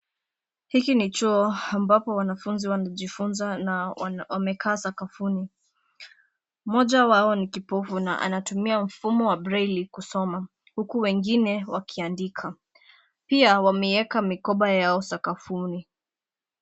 Hiki ni chuo ambapo wanafunzi wanajifunza na wamekaa sakafuni. Mmoja wao ni kipofu na anatumia mfumo wa breli kusoma huku. wengine wakiandika. Pia wameiweka mikoba yao sakafuni.